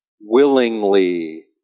willingly